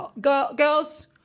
girls